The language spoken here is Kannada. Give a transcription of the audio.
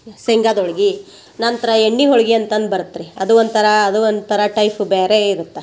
ಶೇಂಗಾದ್ ಹೋಳ್ಗಿ ನಂತರ ಎಣ್ಣೆ ಹೋಳ್ಗಿ ಅಂತಂದು ಬರತ್ತೆ ರೀ ಅದು ಒಂಥರ ಅದು ಒಂಥರ ಟೈಪ್ ಬ್ಯಾರೆ ಇರುತ್ತೆ